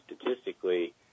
statistically